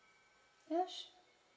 ya sure